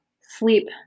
sleep